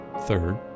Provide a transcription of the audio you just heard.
third